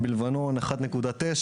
בלבנון - 1.9,